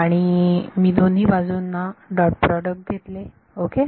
आणि जर मी दोन्ही बाजूंना डॉट प्रॉडक्ट घेतले ओके